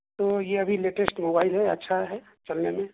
تو یہ ابھی لیٹسٹ موبائل ہے اچھا ہے چلنے میں